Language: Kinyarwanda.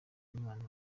imana